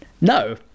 no